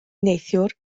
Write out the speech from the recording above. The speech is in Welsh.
neithiwr